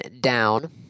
down